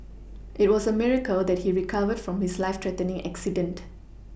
it was a miracle that he recovered from his life threatening accident